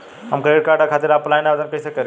हम credit card खातिर offline आवेदन कइसे करि?